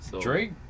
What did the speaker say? Drake